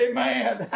Amen